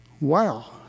Wow